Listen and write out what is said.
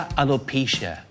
alopecia